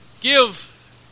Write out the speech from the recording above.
Give